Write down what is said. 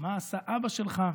מה עשה אבא שלך?